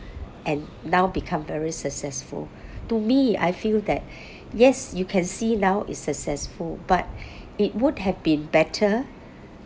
and now become very successful to me I feel that yes you can see now is successful but it would have been better